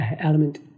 element